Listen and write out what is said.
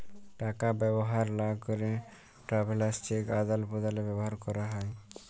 টাকা ব্যবহার লা ক্যেরে ট্রাভেলার্স চেক আদাল প্রদালে ব্যবহার ক্যেরে হ্যয়